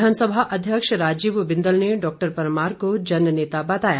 विधानसभा अध्यक्ष राजीव बिंदल ने डॉक्टर परमार को जन नेता बताया